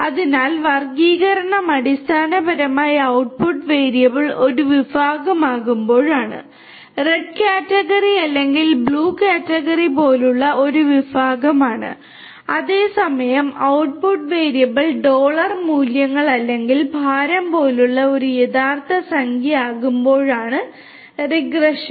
അതിനാൽ വർഗ്ഗീകരണം അടിസ്ഥാനപരമായി ഔട്ട്ട്ട്പുട്ട് വേരിയബിൾ ഒരു വിഭാഗമാകുമ്പോഴാണ് റെഡ് കാറ്റഗറി അല്ലെങ്കിൽ ബ്ലൂ കാറ്റഗറി പോലുള്ള ഒരു വിഭാഗമാണ് അതേസമയം ഔട്ട്ട്ട്പുട്ട് വേരിയബിൾ ഡോളർ മൂല്യങ്ങൾ അല്ലെങ്കിൽ ഭാരം പോലുള്ള ഒരു യഥാർത്ഥ സംഖ്യയാകുമ്പോഴാണ് റിഗ്രഷൻ